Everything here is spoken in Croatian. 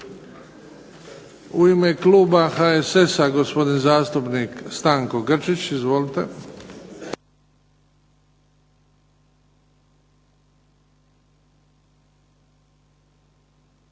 U ime kluba HSS-a, gospodin zastupnik Stanko Grčić. Izvolite.